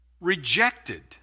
rejected